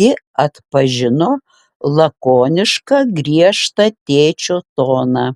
ji atpažino lakonišką griežtą tėčio toną